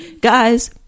guys